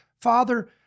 Father